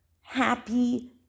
happy